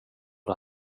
det